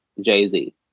Jay-Z